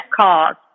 cause